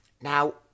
Now